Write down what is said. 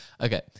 Okay